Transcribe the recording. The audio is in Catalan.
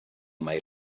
mai